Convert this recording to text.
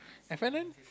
F-and-N